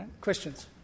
Questions